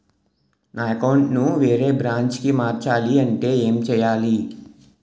నా అకౌంట్ ను వేరే బ్రాంచ్ కి మార్చాలి అంటే ఎం చేయాలి?